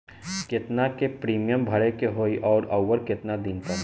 केतना के प्रीमियम भरे के होई और आऊर केतना दिन पर?